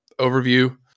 overview